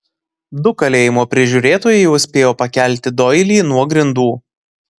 du kalėjimo prižiūrėtojai jau spėjo pakelti doilį nuo grindų